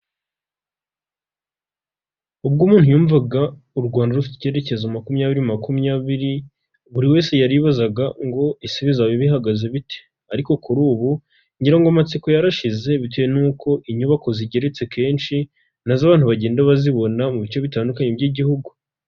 Ubwo umuntu yumvaga u Rwanda rufite icyerekezo makumyabiri makumyabiri, buri wese yaribazaga ngo ese bizaba bihagaze bite ariko kuri ubu amatsiko yarashize bitewe n'uko inyubako zigeretse kenshi na zo abantu bagenda bazibona mu bice bitandukanye by'igihugu.